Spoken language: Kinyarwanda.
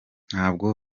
ntabwo